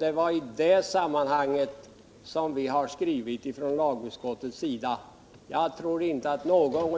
Det var i det sammanhanget som utskottsmajoriteten i lagutskottet skrev på det sätt som Jan Bergqvist tog upp här.